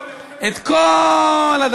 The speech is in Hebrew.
את כל הנאום בן דקה?